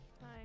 Hi